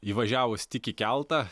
įvažiavus tik į keltą